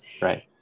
right